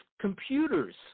computers